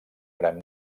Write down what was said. gran